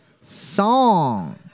song